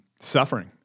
suffering